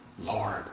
Lord